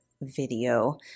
video